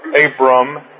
Abram